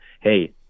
Hey